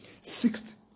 sixth